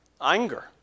Anger